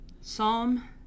Psalm